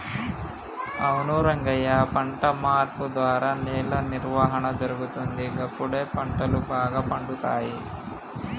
అవును రంగయ్య పంట మార్పు ద్వారా నేల నిర్వహణ జరుగుతుంది, గప్పుడు పంటలు బాగా పండుతాయి